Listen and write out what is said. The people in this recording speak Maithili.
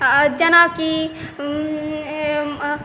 जेनाकि